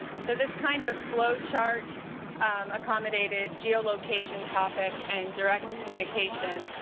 so this kind of flow chart accommodated geolocation, topic, and direct communication,